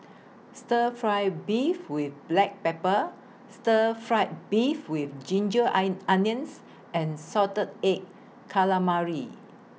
Stir Fry Beef with Black Pepper Stir Fried Beef with Ginger Onions and Salted Egg Calamari